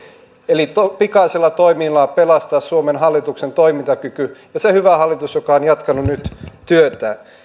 pikaisilla toimilla pelastaa suomen hallituksen toimintakyky ja se hyvä hallitus joka on jatkanut nyt työtään